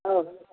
ହଉ